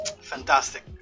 fantastic